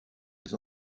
les